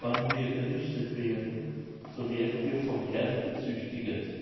wann wir gerichtet werden so werden wir vom herrn gezüchtiget